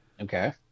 Okay